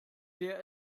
der